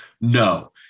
No